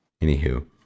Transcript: Anywho